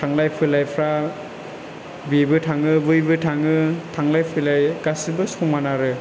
थांलाय फैलायफ्रा बेबो थाङो बैबो थाङो थांलाय फैलाय गासिबो समान आरो